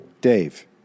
Dave